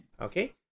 okay